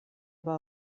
aber